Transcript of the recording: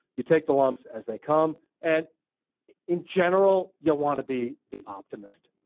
you take the lumps as they come and in general, you will want to be the optimist.